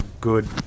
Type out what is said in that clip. good